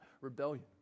rebellion